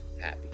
happy